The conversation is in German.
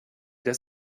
das